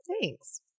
Thanks